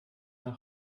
nach